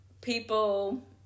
people